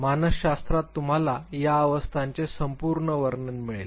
मानसशास्त्रात तुम्हाला या अवस्थांचे संपूर्ण वर्णन मिळेल